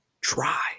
try